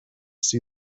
see